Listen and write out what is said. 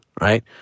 Right